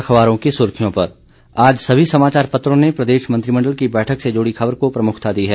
अखबारों की सुर्खियों पर आज सभी समाचार पत्रों ने प्रदेश मंत्रिमंडल की बैठक से जुड़ी खबर को प्रमुखता दी है